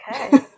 Okay